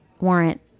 warrant